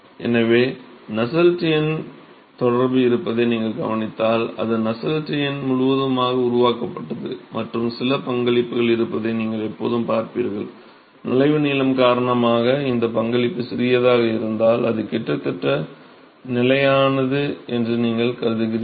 எனவே நசெல்ட்ஸ் எண் தொடர்பு இருப்பதை நீங்கள் கவனித்தால் அது நசெல்ட்ஸ் எண் முழுவதுமாக உருவாக்கப்பட்டுள்ளது மற்றும் சில பங்களிப்புகள் இருப்பதை நீங்கள் எப்போதும் பார்ப்பீர்கள் நுழைவு நீளம் காரணமாக இந்த பங்களிப்பு சிறியதாக இருந்தால் அது கிட்டத்தட்ட நிலையானது என்று நீங்கள் கருதுகிறீர்கள்